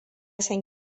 san